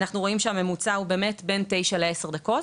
אנחנו רואים שהממוצע הוא בין תשע לעשר דקות,